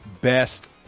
best